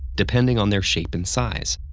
depending on their shape and size.